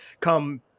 come